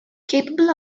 capable